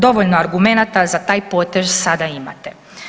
Dovoljno argumenata za taj potez sada imate.